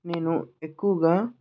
నేను ఎక్కువగా